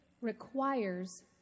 requires